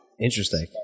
Interesting